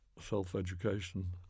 self-education